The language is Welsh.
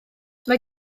mae